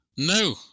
no